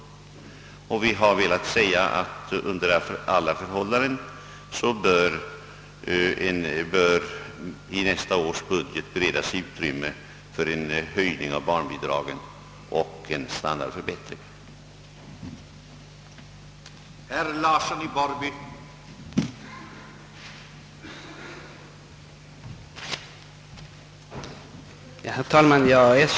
Vi har därför velat säga ifrån att det i nästa års budget under alla förhållanden bör beredas utrymme för en höjning av - barnbidraget och en standardförbättring för barnfamiljerna.